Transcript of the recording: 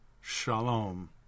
shalom